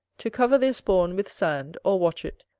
to cover their spawn with sand, or watch it,